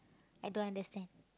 I don't understand